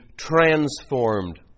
transformed